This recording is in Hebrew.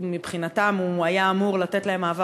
ומבחינתם הוא היה אמור לתת להם מעבר